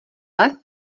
lev